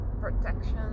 protection